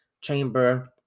chamber